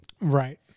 Right